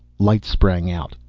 light sprang out.